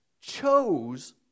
chose